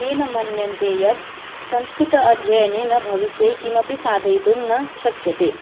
तेन मन्यन्ते यत् संस्कृत अध्ययनेन भविष्ये किमपि साधयितुं न शक्यते